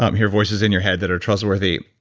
um hear voices in your head that are trustworthy,